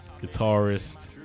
guitarist